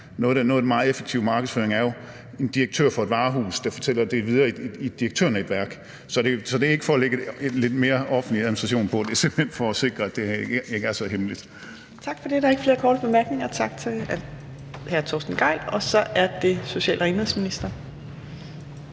firma. En meget effektiv form for markedsføring er jo, at en direktør for et varehus fortæller det videre i et direktørnetværk. Så det er ikke for at lægge mere offentlig administration på – det er simpelt hen for at sikre, at det ikke er så hemmeligt. Kl. 18:14 Fjerde næstformand (Trine Torp): Tak for det. Der er ikke flere korte bemærkninger. Tak til hr. Torsten Gejl. Så er det social- og indenrigsministeren.